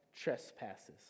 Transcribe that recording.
trespasses